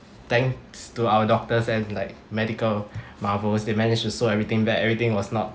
thanks to our doctors and like medical marvels they managed to sew everything back everything was not